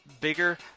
bigger